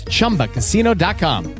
ChumbaCasino.com